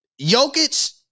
Jokic